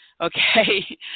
okay